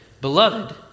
Beloved